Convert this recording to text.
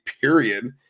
period